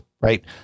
right